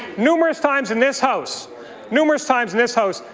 numerous times in this house numerous times in this house,